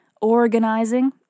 organizing